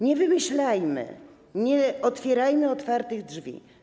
Nie wymyślajmy, nie otwierajmy otwartych drzwi.